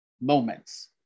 moments